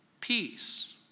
peace